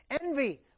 Envy